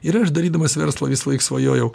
ir aš darydamas verslą visąlaik svajojau